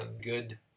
good